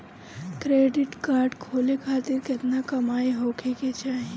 Credit card खोले खातिर केतना कमाई होखे के चाही?